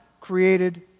created